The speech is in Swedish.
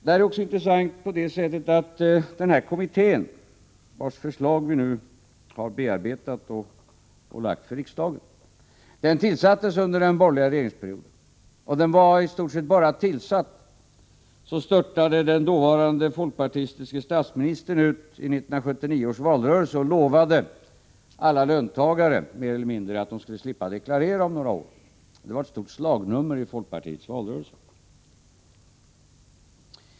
Det är intressant på det sättet att skatteförenklingskommittén, vars förslag vi nu har bearbetat och lagt fram för riksdagen, tillsattes under den borgerliga regeringsperioden. Och den var i stort sett bara tillsatt, när den dåvarande folkpartistiske statsministern störtade ut i 1979 års valrörelse och lovade alla löntagare att de mer eller mindre skulle slippa deklarera om några år — det var ett stort slagnummer i folkpartiets valrörelse.